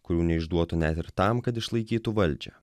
kurių neišduotų net ir tam kad išlaikytų valdžią